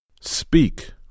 Speak